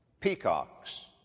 peacocks